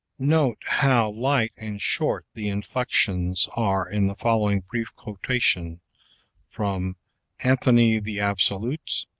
note how light and short the inflections are in the following brief quotation from anthony the absolute,